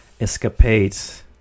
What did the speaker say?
escapades